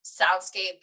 soundscape